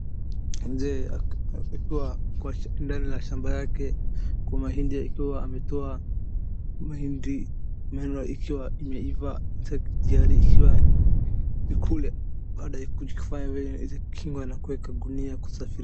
Mzee akiwa ndani ya shamba yake kwa mahindi akiwa ametoa mahindi moja ikiwa imeiva tayari ikiwa ikulwe baada na kuwekwa kwa gunia iweze kusafirishwa.